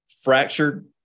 fractured